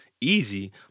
easy